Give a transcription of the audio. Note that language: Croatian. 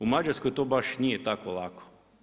U Mađarskoj to baš nije tako lako.